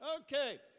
Okay